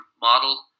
model